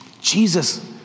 Jesus